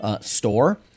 store